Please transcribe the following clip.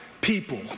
people